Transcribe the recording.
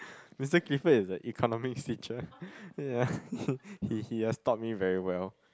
Mister Clifford is a Economics teacher ya he he he has taught me very well